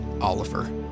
Oliver